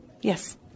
Yes